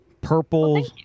purple